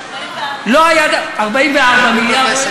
לא היה, 44 מיליארד.